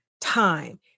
time